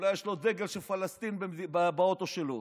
אולי יש לו דגל של פלסטין באוטו שלו.